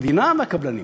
המדינה והקבלנים.